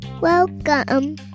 welcome